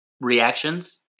reactions